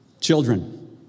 Children